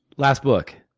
last book.